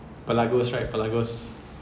pelagos right pelagos